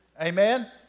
Amen